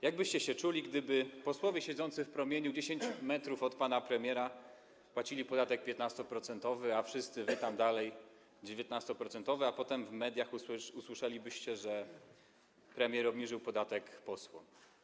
Jak byście się czuli, gdyby posłowie siedzący w promieniu 10 m od pana premiera płacili podatek 15-procentowy, a wy wszyscy tam dalej - 19-procentowy, a potem w mediach usłyszelibyście, że premier obniżył podatek posłom?